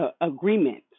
agreement